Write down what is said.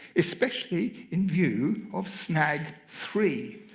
especially in view of snag three.